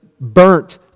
burnt